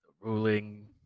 ruling